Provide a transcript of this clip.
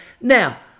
Now